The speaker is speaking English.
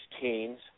teens